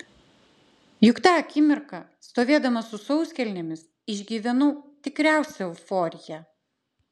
juk tą akimirką stovėdama su sauskelnėmis išgyvenau tikriausią euforiją